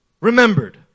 remembered